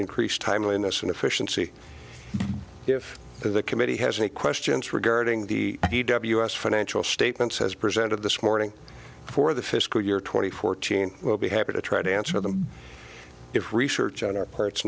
increased timeliness and efficiency if the committee has any questions regarding the u s financial statements as presented this morning for the fiscal year twenty fourteen we'll be happy to try to answer them if research on our parts